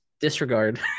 Disregard